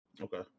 okay